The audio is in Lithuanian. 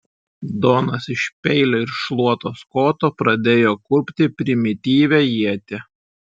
donas iš peilio ir šluotos koto pradėjo kurpti primityvią ietį